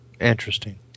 Interesting